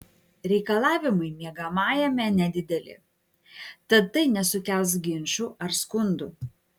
reikalavimai miegamajame nedideli tad tai nesukels ginčų ar skundų